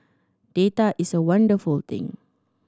data is a wonderful thing